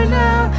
now